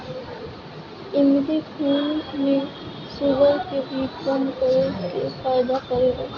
इमली खून में शुगर के भी कम करे में फायदा करेला